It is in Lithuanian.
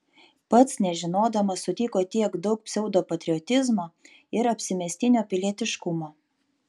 pats nežinodamas sutiko tiek daug pseudopatriotizmo ir apsimestinio pilietiškumo